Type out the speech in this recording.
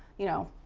you know,